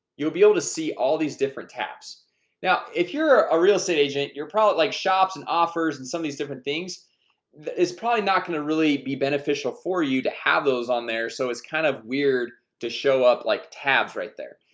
you'll be able to see all these different tabs now if you're a real estate agent, you're probably like shops and offers and some of these different things it's probably not gonna really be beneficial for you to have those on there so it's kind of weird to show up like tabs right there.